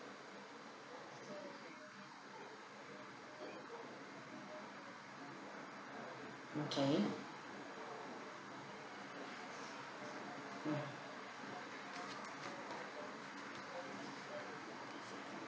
okay mm